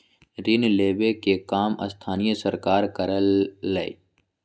ऋण लेवे के काम स्थानीय सरकार करअलई